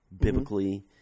biblically